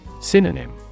Synonym